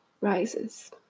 rises